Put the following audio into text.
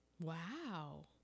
wow